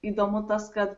įdomu tas kad